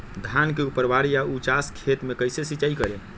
धान के ऊपरवार या उचास खेत मे कैसे सिंचाई करें?